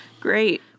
Great